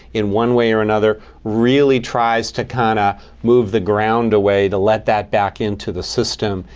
in one way or another, really tries to kind and move the ground away to let that back into the system,